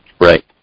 Right